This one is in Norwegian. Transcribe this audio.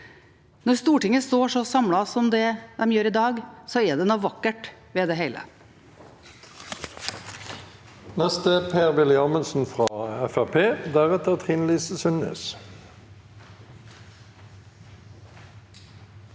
Når Stortinget står så samlet som i dag, er det noe vakkert ved det hele.